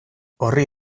horri